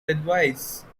advice